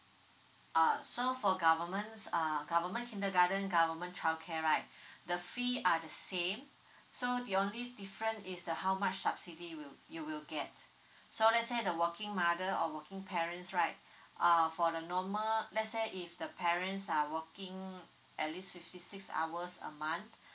uh so for government uh government kindergarten government childcare right the fee are the same so the only difference is the how much subsidy will you will get so let's say the working mother or working parents right uh for the normal let's say if the parents are working at least fifty six hours a month